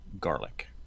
garlic